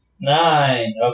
Nine